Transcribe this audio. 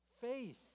Faith